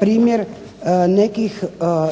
primjer nekih